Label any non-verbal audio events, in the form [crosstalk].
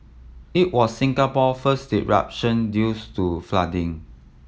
it was Singapore first disruption due [unintelligible] to flooding